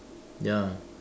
ya